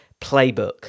playbook